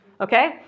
Okay